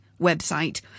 website